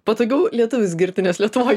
patogiau lietuvis girdi nes lietuvoj